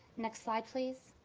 next slide, please.